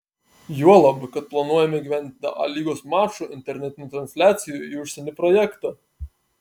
juolab kad planuojame įgyvendinti a lygos mačų internetinių transliacijų į užsienį projektą